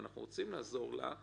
ואנחנו רוצים לעזור לה,